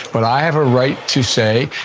but i have a right to say,